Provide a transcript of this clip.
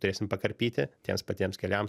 turėsim pakarpyti tiems patiems keliams